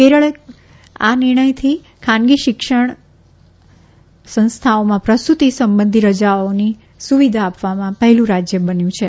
કેરળે કરેલા આ નિર્ણયથી ખાનગી શિક્ષણ સંસ્થાઓમાં પ્રસુતિ સંબંધી રજાઓની સુવિધા આપવામાં પહેલું રાજ્ય બને છે